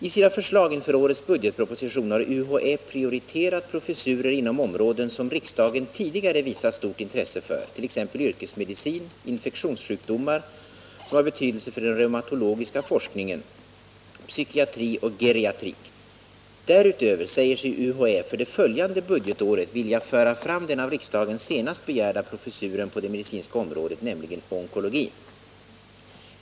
I sina förslag inför årets budgetproposition har UHÄ prioriterat professurer inom områden som riksdagen tidigare visat stort intresse för, t.ex. yrkesmedicin, infektionssjukdomar som har betydelse för den reumatologiska forskningen, psykiatri och geriatrik. Därutöver säger sig UHÄ för det följande budgetåret vilja föra fram den av riksdagens senast begärda professuren på det medicinska området, nämligen den i onkologi.